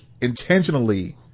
intentionally